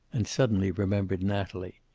and suddenly remembered natalie.